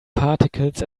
particles